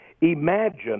Imagine